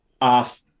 off